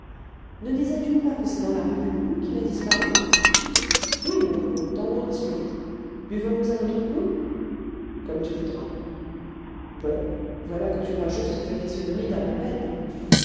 ne disais-tu pas que c'est dans la rue du loup qu'il a disparu oui mon gros dans wolfe street buvons nous un autre coup comme tu voudras bon voilà que tu rajustes ta physionomie d'âme en peine